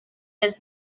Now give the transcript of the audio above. his